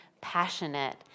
passionate